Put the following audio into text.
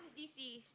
d c.